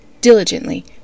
diligently